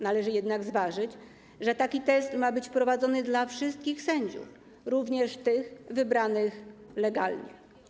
Należy jednak zważyć, że taki test ma być wprowadzony dla wszystkich sędziów, również tych wybranych legalnie.